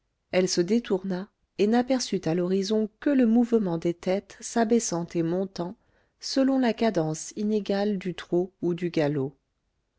elle se détourna et n'aperçut à l'horizon que le mouvement des têtes s'abaissant et montant selon la cadence inégale du trot ou du galop